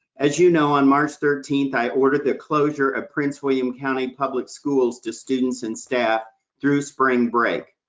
as you know, on march thirteenth, i ordered the closure of prince william county public schools to students and staff through spring break.